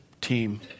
team